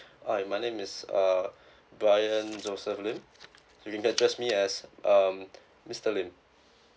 hi my name is uh brian joseph lim you can address me as um mister lim